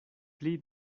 pli